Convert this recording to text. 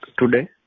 Today